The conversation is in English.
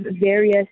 various